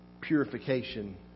purification